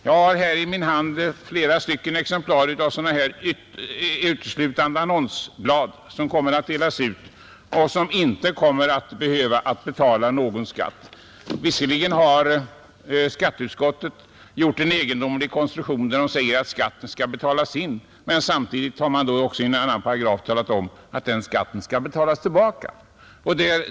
Jag har här i min hand olika exemplar av uteslutande annonsblad, sådana som kommer att delas ut och som inte skall behöva betala någon skatt. Visserligen har skatteutskottet gjort en egendomlig konstruktion genom att säga att annonsskatten skall betalas in, samtidigt som utskottet i en annan paragraf talar om att den skatten senare skall betalas tillbaka.